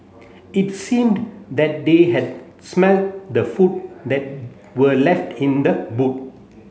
it seemed that they had smelt the food that were left in the boot